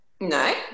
No